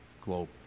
globe